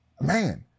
man